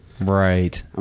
Right